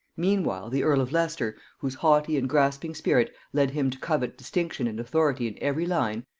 meanwhile the earl of leicester, whose haughty and grasping spirit led him to covet distinction and authority in every line,